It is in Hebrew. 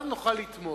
ואז נוכל לתמוך.